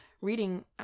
reading